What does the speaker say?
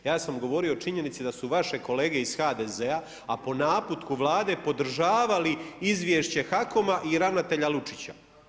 Ja sam govorio o činjenici da su vaše kolege iz HDZ-a, a po naputku Vlade podržavali izvješće HAKOM-a i ravnatelja Lučića.